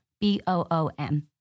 B-O-O-M